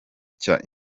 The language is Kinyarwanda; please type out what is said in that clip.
cya